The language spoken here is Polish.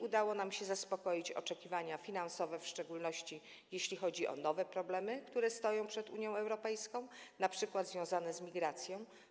Udało nam się zaspokoić oczekiwania finansowe, w szczególności jeśli chodzi o nowe problemy, które stoją przed Unią Europejską, np. związane z migracją.